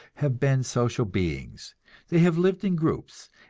have been social beings they have lived in groups,